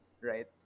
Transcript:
right